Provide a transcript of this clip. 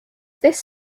this